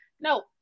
No